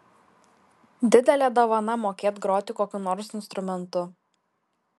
didelė dovana mokėt groti kokiu nors instrumentu